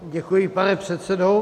Děkuji, pane předsedo.